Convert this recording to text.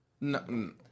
No